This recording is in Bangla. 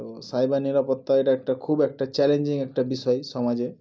তো সাইবার নিরাপত্তা এটা একটা খুব একটা চ্যালেঞ্জিং একটা বিষয় সমাজে